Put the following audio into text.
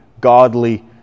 godly